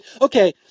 Okay